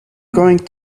going